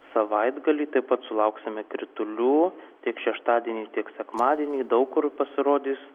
savaitgalį taip pat sulauksime kritulių tiek šeštadienį tiek sekmadienį daug kur pasirodys